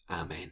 Amen